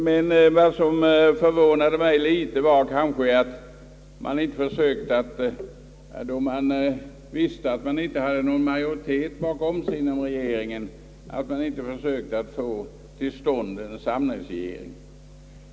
Men vad som förvånade mig litet var kanske att inte regeringen, då den visste att den inte hade någon majoritet i väljarkåren bakom sig, sökte få till stånd en samlingsregering.